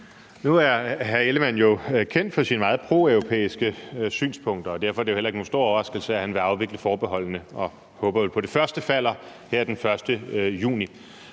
Nu er hr. Jakob Ellemann-Jensen jo kendt for sine meget proeuropæiske synspunkter, og derfor er det heller ikke nogen stor overraskelse, at han vil afvikle forbeholdene og vel håber på, at det første falder her den 1. juni.